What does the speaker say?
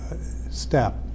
step